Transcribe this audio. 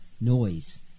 noise